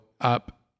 up